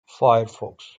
firefox